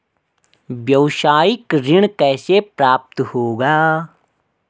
व्यावसायिक ऋण कैसे प्राप्त होगा?